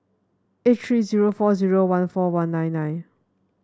eight three zero four zero one four one nine nine